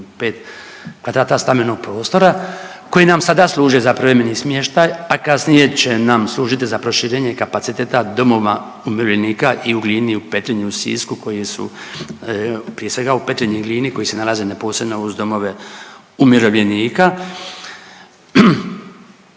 do 45 kvadrata stambenog prostora koji nam sada služe za privremeni smještaj, a kasnije će nam služiti za proširenje kapaciteta domova umirovljenika i u Glini i u Petrinji i u Sisku koji su, prije svega u Petrinji i Glini koji se nalaze neposredno uz domove umirovljenika